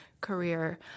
career